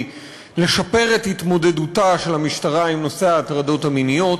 לשפר את התמודדותה של המשטרה עם נושא ההטרדות המיניות.